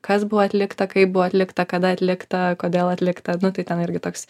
kas buvo atlikta kaip buvo atlikta kada atlikta kodėl atlikta nu tai ten irgi toks